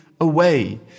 away